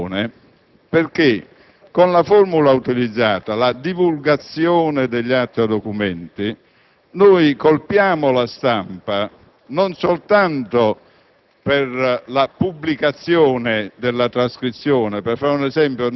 Sono convinto dell'incostituzionalità dell'attuale formulazione perché con la formula utilizzata - la divulgazione degli atti o documenti - noi colpiamo la stampa non soltanto